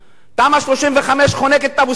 תמ"א 35 חונקת את אבו-סנאן,